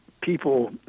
people